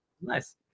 nice